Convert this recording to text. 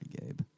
Gabe